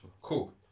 Cool